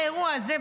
האירוע הזה,